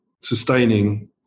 sustaining